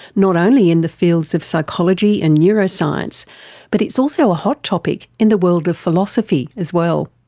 not only in the fields of psychology and neuroscience but it's also a hot topic in the world of philosophy as well.